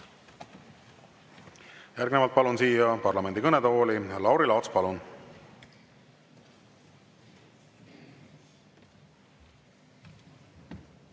Järgnevalt palun siia parlamendi kõnetooli Lauri Laatsi.